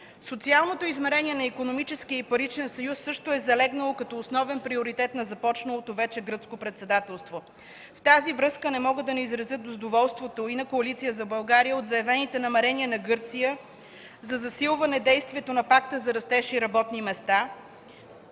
Социалното измерение на икономическия и паричен съюз също е залегнало като основен приоритет на започналото вече Гръцко председателство. В тази връзка не мога да не изразя задоволството и на Коалиция за България от заявените намерения на Гърция за засилване на действията на Пакта за растеж и работни места.